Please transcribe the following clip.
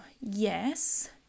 Yes